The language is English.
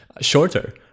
shorter